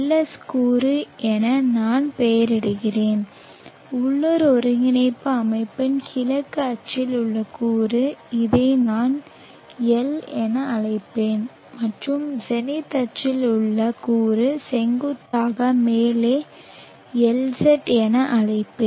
S கூறு என நான் பெயரிடுகிறேன் உள்ளூர் ஒருங்கிணைப்பு அமைப்பின் கிழக்கு அச்சில் உள்ள கூறு இதை நான் எல் என அழைப்பேன் மற்றும் ஜெனித் அச்சில் உள்ள கூறு செங்குத்தாக மேலே LZ என அழைப்பேன்